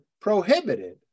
prohibited